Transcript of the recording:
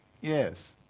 Yes